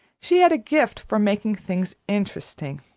she had a gift for making things interesting.